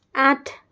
আঠ